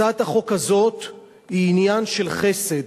הצעת החוק הזאת היא עניין של חסד.